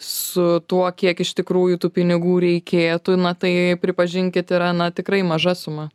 su tuo kiek iš tikrųjų tų pinigų reikėtų na tai pripažinkit yra na tikrai maža suma